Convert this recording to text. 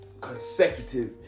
consecutive